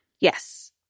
Yes